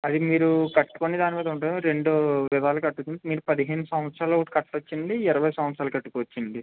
అది మీరు కట్టుకునే దాని మీద ఉంటుంది రెండు విధాలుగా కట్టుకుని మీరు పదిహేను సంవత్సరాలకు కట్ట వచ్చండి ఇరవై సంవత్సరాలకు కట్టుకోవచ్చండి